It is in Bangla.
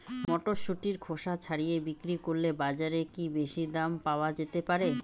মটরশুটির খোসা ছাড়িয়ে বিক্রি করলে বাজারে কী বেশী দাম পাওয়া যেতে পারে?